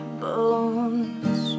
bones